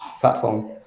platform